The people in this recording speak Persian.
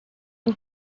این